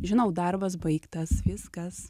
žinau darbas baigtas viskas